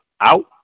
out